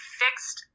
fixed